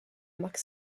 marc